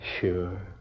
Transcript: Sure